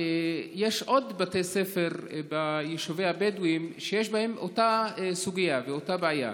יש עוד בתי ספר ביישובים הבדואיים שיש בהם אותה סוגיה ואותה בעיה.